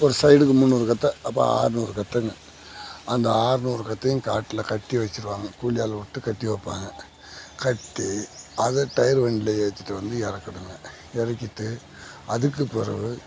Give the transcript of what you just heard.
ஒரு சைடுக்கு முந்நூறு கத்தை அப்போ ஆறுநூறு கத்தைங்க அந்த ஆறுநூறு கற்றையும் காட்டில் கட்டி வச்சுருவாங்க கூலி ஆளை விட்டு கட்டி வைப்பாங்க கட்டி அதை டயர் வண்டியில் ஏற்றிட்டு வந்து இறக்கணுங்க இறக்கிட்டு அதுக்கு பிறவு